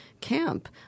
camp